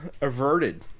averted